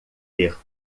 ter